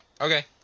Okay